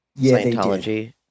Scientology